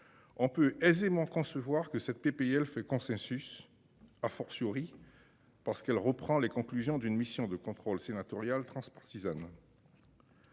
On peut aisément concevoir que cette PPL fait consensus, à fortiori. Parce qu'elle reprend les conclusions d'une mission de contrôle sénatoriales transpartisane.